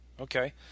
Okay